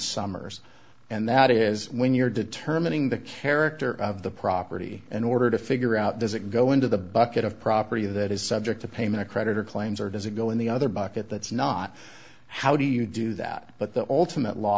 summers and that is when you're determining the character of the property in order to figure out does it go into the bucket of property that is subject to payment a creditor claims or does it go in the other bucket that's not how do you do that but the ultimate law